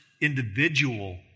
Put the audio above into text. individual